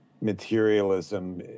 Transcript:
materialism